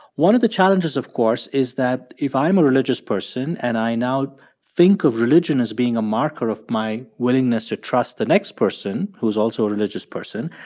one of the challenges, of course, is that, if i'm a religious person, and i now think of religion as being a marker of my willingness to trust the next person who's also a religious person,